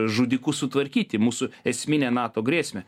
žudikus sutvarkyti mūsų esminę nato grėsmę